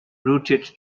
rooted